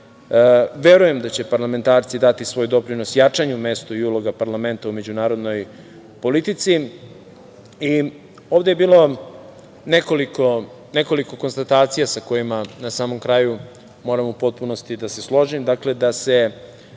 da će parlamentarci dati svoj doprinos jačanju mesta i ulozi parlamenta u međunarodnoj politici. Ovde je bilo nekoliko konstatacija sa kojima na samom kraju moram u potpunosti da se složim, da se